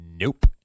Nope